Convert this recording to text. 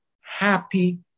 happy